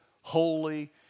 holy